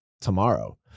tomorrow